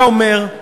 אתה אומר,